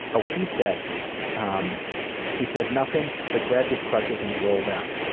oh, he said um he said nothing but grabbed his crotches and rolled out.